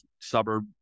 suburb